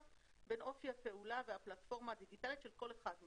באופי הפעולה והפלטפורמה הדיגיטלית של כל אחת מהן.